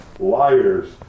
liars